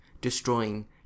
destroying